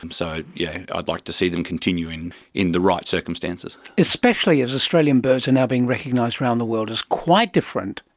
um so yeah i'd like to see them continue in in the right circumstances. especially as australian birds are now being recognised around the world as quite different,